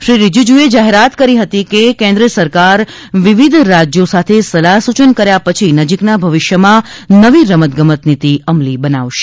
શ્રી રિજીજ્જએ જાહેરાત કરી હતી કે કેન્દ્ર સરકાર વિવિધ રાજ્યો સાથે સલાહ સૂચન કર્યા પછી નજીકના ભવિષ્યમાં નવી રમત ગમત નીતિ અમલી બનાવશે